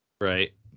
Right